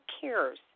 cares